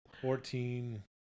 Fourteen